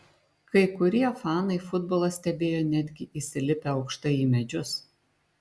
kai kurie fanai futbolą stebėjo netgi įsilipę aukštai į medžius